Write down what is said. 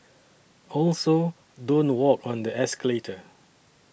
also don't walk on the escalator